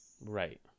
Right